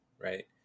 Right